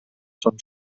són